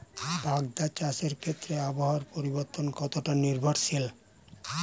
বাগদা চাষের ক্ষেত্রে আবহাওয়ার পরিবর্তন কতটা নির্ভরশীল?